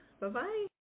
Bye-bye